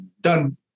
done